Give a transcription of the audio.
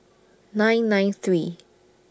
nine nine three